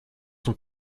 sont